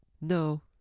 No